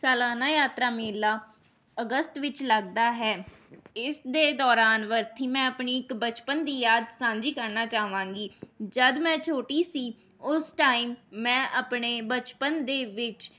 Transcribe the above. ਸਾਲਾਨਾ ਯਾਤਰਾ ਮੇਲਾ ਅਗਸਤ ਵਿੱਚ ਲੱਗਦਾ ਹੈ ਇਸ ਦੇ ਦੌਰਾਨ ਵਰਥੀ ਮੈਂ ਆਪਣੀ ਇੱਕ ਬਚਪਨ ਦੀ ਯਾਦ ਸਾਂਝੀ ਕਰਨਾ ਚਾਹਵਾਂਗੀ ਜਦ ਮੈਂ ਛੋਟੀ ਸੀ ਉਸ ਟਾਇਮ ਮੈਂ ਆਪਣੇ ਬਚਪਨ ਦੇ ਵਿੱਚ